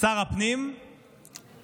שר הפנים יבחר